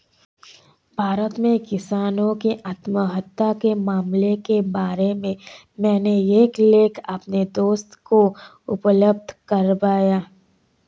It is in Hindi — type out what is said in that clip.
भारत में किसानों की आत्महत्या के मामलों के बारे में मैंने एक लेख अपने दोस्त को उपलब्ध करवाया